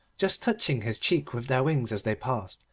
just touching his cheek with their wings as they passed,